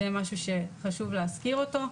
זה משהו שחשוב להזכיר אותו.